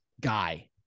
guy